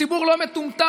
הציבור לא מטומטם.